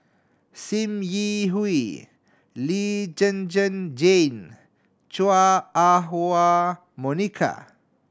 Sim Yi Hui Lee Zhen Zhen Jane Chua Ah Huwa Monica